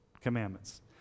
commandments